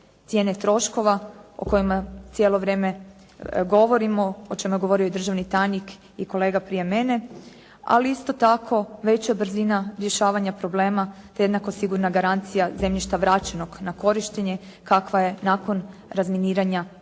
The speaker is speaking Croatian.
cijene troškova o kojima cijelo vrijeme govorimo, o čemu je govorio i državni tajnik i kolega prije mene, ali isto tako veća brzina rješavanja problema te jednako sigurna garancija zemljišta vraćenog na korištenje kakva je nakon razminiranja